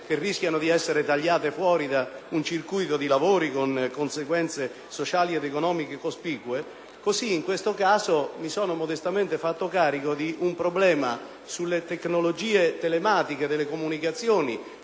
che rischiano di essere tagliate fuori da un determinato circuito di lavori, con conseguenze sociali ed economiche cospicue. Anche in questo caso, mi sono modestamente fatto carico di un problema relativo alle tecnologie telematiche delle comunicazioni,